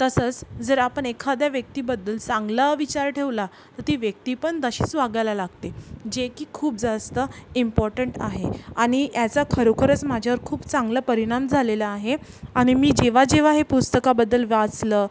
तसंच जर आपण एखाद्या व्यक्तीबद्दल चांगला विचार ठेवला तर ती व्यक्ती पण तशीच वागायला लागते जे की खूप जास्त इम्पॉर्टंट आहे आणि याचा खरोखरच माझ्यावर खूप चांगला परिणाम झालेला आहे आणि मी जेव्हा जेव्हा हे पुस्तकाबद्दल वाचलं